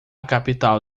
capital